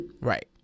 Right